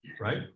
right